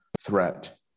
threat